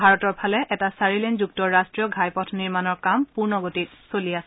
ভাৰতৰ ফালে এটা চাৰিলেনযুক্ত ৰাষ্ট্ৰীয় ঘাইপথ নিৰ্মাণৰ কাম পূৰ্ণগতিত চলি আছে